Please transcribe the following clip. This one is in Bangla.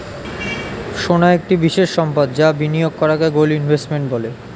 সোনা একটি বিশেষ সম্পদ যা বিনিয়োগ করাকে গোল্ড ইনভেস্টমেন্ট বলে